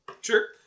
Sure